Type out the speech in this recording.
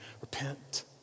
Repent